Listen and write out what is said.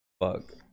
fuck